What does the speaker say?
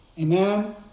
amen